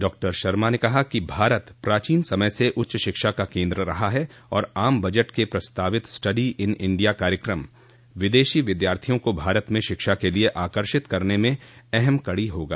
doctor Sharma ने कहा कि भारत प्राचीन समय से उच्च शिक्षा का केन्द्र रहा है और आम बजट के प्रस्तावित स्टडी इन इंडिया कार्यकम विदेशी विद्यार्थियों को भारत में शिक्षा के लिए आकर्षित करने में अहम कड़ी होगा